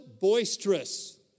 boisterous